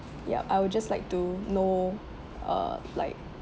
yup I would just like to know uh like